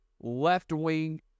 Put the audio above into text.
left-wing